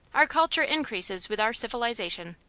our culture increases with our civilization.